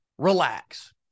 relax